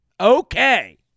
Okay